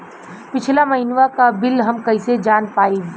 पिछला महिनवा क बिल हम कईसे जान पाइब?